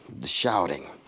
the shouting.